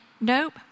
nope